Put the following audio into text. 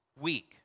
week